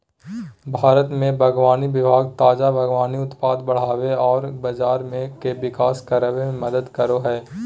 भारत में बागवानी विभाग ताजा बागवानी उत्पाद बढ़ाबे औरर बाजार के विकास कराबे में मदद करो हइ